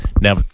Now